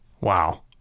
Wow